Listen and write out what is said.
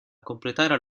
completare